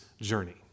journey